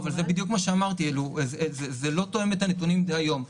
זה בדיוק מה שאמרתי: זה לא תואם את הנתונים דהיום.